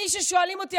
כששואלים אותי,